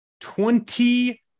twenty